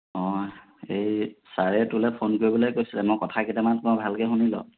অ' এই ছেৰে তোলৈ ফোন কৰিবলৈ কৈছিলে মই কথা কেইটামান কওঁ ভালকৈ শুনি ল